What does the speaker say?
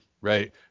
right